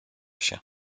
się